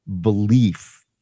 belief